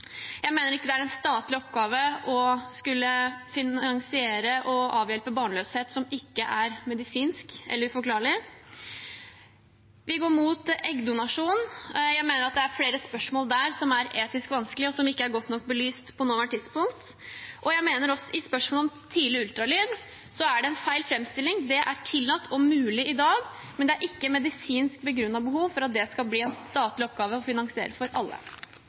Jeg mener det ikke er en statlig oppgave å skulle finansiere og avhjelpe barnløshet som ikke er medisinsk, eller som er uforklarlig. Vi går mot eggdonasjon. Jeg mener at det er flere spørsmål der som er etisk vanskelige, og som ikke er godt nok belyst på nåværende tidspunkt. Jeg mener også at det i spørsmålet om tidlig ultralyd er en feil framstilling. Det er tillatt og mulig i dag, men det er ikke et medisinsk begrunnet behov for at det skal bli en statlig oppgave å finansiere for alle.